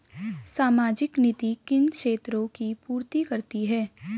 सामाजिक नीति किन क्षेत्रों की पूर्ति करती है?